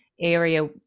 area